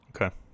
okay